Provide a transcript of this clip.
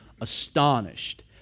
astonished